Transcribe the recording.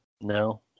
No